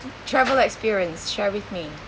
travel experience share with me